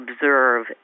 observe